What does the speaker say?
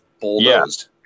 bulldozed